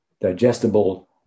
digestible